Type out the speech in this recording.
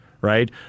Right